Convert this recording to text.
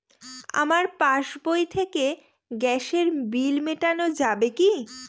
আমার পাসবই থেকে গ্যাসের বিল মেটানো যাবে কি?